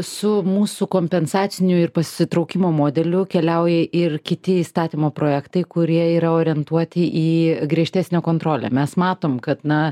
su mūsų kompensacinių ir pasitraukimo modeliu keliauja ir kiti įstatymo projektai kurie yra orientuoti į griežtesnę kontrolę mes matom kad na